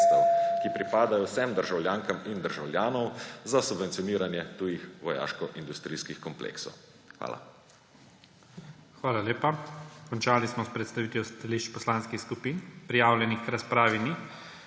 ki pripadajo vsem državljankam in državljanom za subvencioniranje tujih vojaškoindustrijskih kompleksov. Hvala. PREDSEDNIK IGOR ZORČIČ: Hvala lepa. Končali smo s predstavitvijo stališč poslanskih skupin. Prijavljenih k razpravi ni.